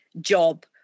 job